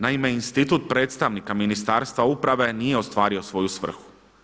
Naime, institut predstavnika Ministarstva uprave nije ostvario svoju svrhu.